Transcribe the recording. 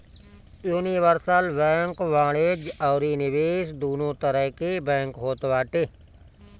universal bank वाणिज्य अउरी निवेश दूनो तरह के बैंक होत बाटे